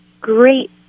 great